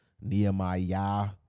Nehemiah